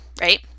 right